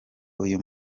uyu